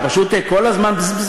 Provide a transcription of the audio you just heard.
זה פשוט כל הזמן בזזז-בזזז.